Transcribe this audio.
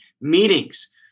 meetings